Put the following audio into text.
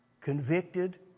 convicted